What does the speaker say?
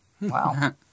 Wow